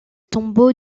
tombeau